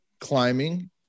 climbing